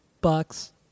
bucks